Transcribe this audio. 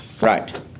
right